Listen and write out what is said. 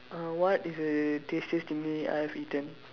uh what is the tastiest I have eaten